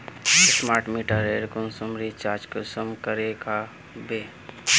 Smart मीटरेर कुंसम recharge कुंसम करे का बो?